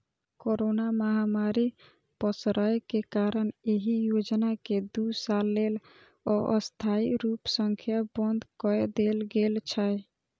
corona महामारी पसरै के कारण एहि योजना कें दू साल लेल अस्थायी रूप सं बंद कए देल गेल छै